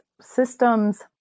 systems